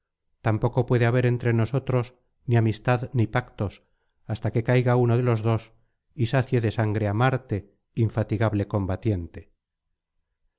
tampoco puede haber entre nosotros ni amistad ni pactos hasta que caiga uno de los dos y sacie de sangre á marte infatigable combatiente